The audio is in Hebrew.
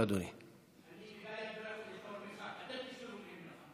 אתם תשמרו ממני מרחק.